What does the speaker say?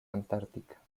antártica